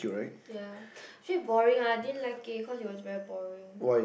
ya I feel boring ah I didn't like it because it was very boring